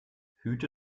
hüte